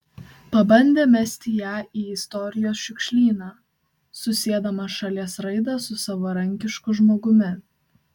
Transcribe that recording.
pabandė mesti ją į istorijos šiukšlyną susiedamas šalies raidą su savarankišku žmogumi